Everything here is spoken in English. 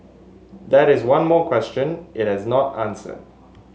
that is one more question it has not answered